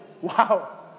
Wow